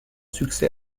succès